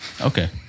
Okay